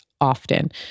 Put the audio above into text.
often